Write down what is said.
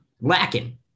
lacking